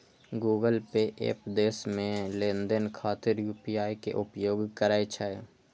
Google Pay app देश मे लेनदेन खातिर यू.पी.आई के उपयोग करै छै